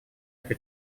эту